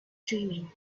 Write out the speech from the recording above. dreaming